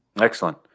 excellent